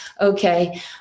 Okay